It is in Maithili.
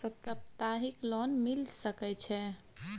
सप्ताहिक लोन मिल सके छै?